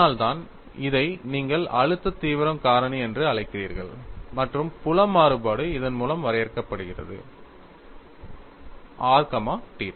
அதனால்தான் இதை நீங்கள் அழுத்த தீவிரம் காரணி என்று அழைக்கிறீர்கள் மற்றும் புல மாறுபாடு இதன் மூலம் வரையறுக்கப்படுகிறது r θ